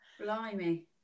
Blimey